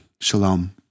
Shalom